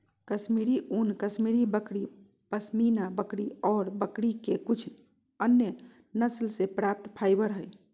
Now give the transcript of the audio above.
कश्मीरी ऊन, कश्मीरी बकरी, पश्मीना बकरी ऑर बकरी के कुछ अन्य नस्ल से प्राप्त फाइबर हई